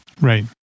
Right